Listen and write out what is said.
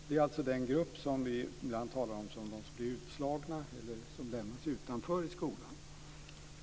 Det är alltså den grupp av elever som vi ibland talar om som de som blir utslagna eller som lämnas utanför i skolan.